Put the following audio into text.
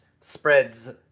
spreads